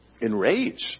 enraged